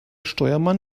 steuermann